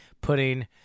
putting